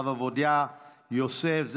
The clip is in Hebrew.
יוליה מלינובסקי,